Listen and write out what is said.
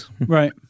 Right